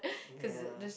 ya